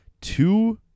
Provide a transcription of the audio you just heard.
two